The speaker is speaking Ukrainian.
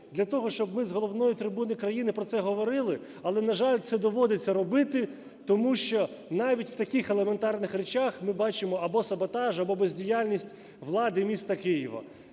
для того, щоб ми з головної трибуни країни про це говорили? Але, на жаль, це доводиться робити, тому що навіть в таких елементарних речах ми бачимо або саботаж або бездіяльність влади міста Києва.